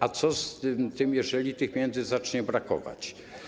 A co będzie, jeżeli tych pieniędzy zacznie brakować?